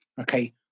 okay